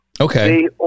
Okay